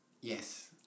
Yes